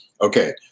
Okay